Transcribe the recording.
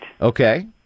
Okay